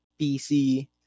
PC